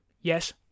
yes